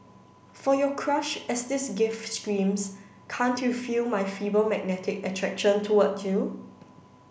for your crush as this gift screams can't you feel my feeble magnetic attraction towards you